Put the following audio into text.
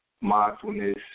mindfulness